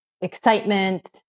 excitement